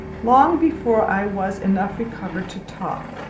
long before i was enough recovered to talk,